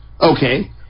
Okay